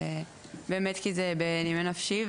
זה באמת כי זה בנימי נפשי,